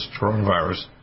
coronavirus